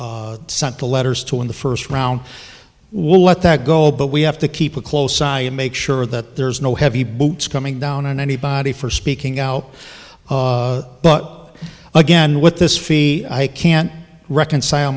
sent the letters to in the first round we'll let that go but we have to keep a close eye and make sure that there's no heavy boots coming down on anybody for speaking out but again what this fee i can't reconcile